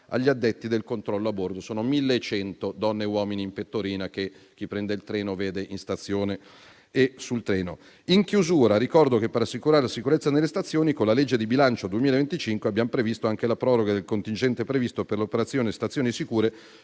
agli addetti del controllo a bordo (1.100 donne e uomini in pettorina che chi prende il treno vede in stazione e sul treno). Ricordo inoltre che, per assicurare la sicurezza nelle stazioni, con la legge di bilancio 2025 abbiamo previsto anche la proroga del contingente previsto per l'operazione «Stazioni sicure»